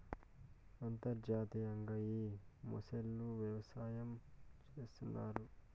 అంతర్జాతీయంగా ఈ మొసళ్ళ వ్యవసాయం చేస్తన్నారు